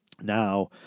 Now